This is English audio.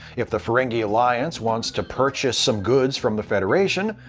if the ferengi alliance wants to purchase some goods from the federation,